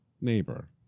neighbor